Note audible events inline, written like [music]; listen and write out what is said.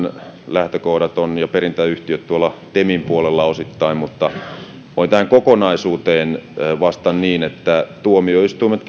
lähtökohdat ja perintäyhtiöt ovat tuolla temin puolella osittain mutta voin tähän kokonaisuuteen vastata niin että tuomioistuimet [unintelligible]